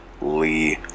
Lee